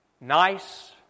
Nice